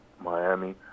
Miami